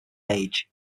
age